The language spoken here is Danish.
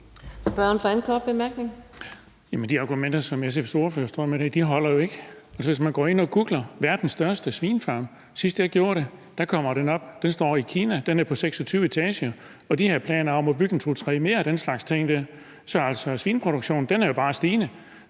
De argumenter, som SF's ordfører står med der, holder jo ikke. Hvis man går ind og googler verdens største svinefarm, kan man se, i hvert fald sidst jeg gjorde det, at den står i Kina. Den er på 26 etager. De har planer om at bygge to-tre mere af den slags ting der. Så svineproduktionen er jo bare stigende.